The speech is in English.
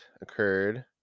occurred